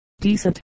decent